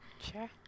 Sure